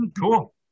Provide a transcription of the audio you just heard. cool